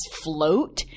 float